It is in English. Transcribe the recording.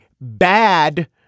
bad